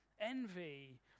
envy